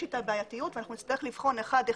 אתם בעייתיות ואנחנו נצטרך לבחון אחד אחד.